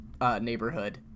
neighborhood